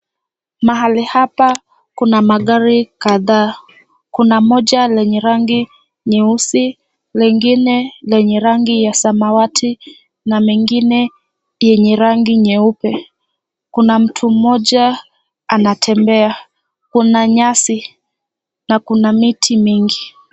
Mahali hapa kuna magari kadhaa. Kuna moja lenye rangi nyeusi, lingine lenye rangi ya samawati na mengine yenye rangi nyeupe. Kuna mtu mmoja anatembea. Kuna nyasi na kuna miti mingi.